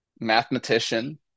mathematician